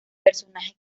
personajes